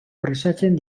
presatzen